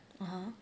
(uh huh)